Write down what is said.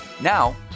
Now